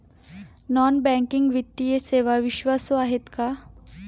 Non banking वित्तीय सेवा विश्वासू आहेत का?